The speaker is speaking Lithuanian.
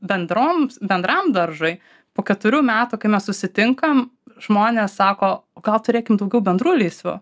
bendroms bendram daržui po keturių metų kai mes susitinkam žmonės sako gal turėkim daugiau bendrų lysvių